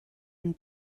and